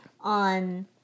on